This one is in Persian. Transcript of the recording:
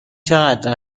چقدر